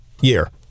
year